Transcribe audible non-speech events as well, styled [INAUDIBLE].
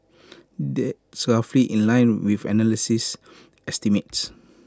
that's [UNINTELLIGIBLE] in line with analysis estimates